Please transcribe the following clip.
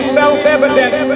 self-evident